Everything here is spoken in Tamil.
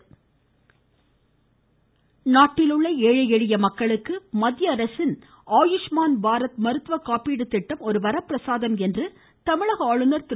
ருருருருரு ஆளுநர் நாட்டில் உள்ள ஏழை எளிய மக்களுக்கு மத்திய அரசின் ஆயுமான் பாரத் மருத்துவ காப்பீடு திட்டம் ஒரு வரப்பிரசாதமாகும் என்று தமிழக ஆளுநர் திரு